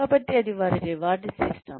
కాబట్టి అది reward system